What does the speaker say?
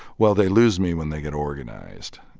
well, they lose me when they get organized.